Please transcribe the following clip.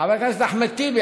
חבר הכנסת אחמד טיבי,